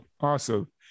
awesome